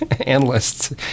analysts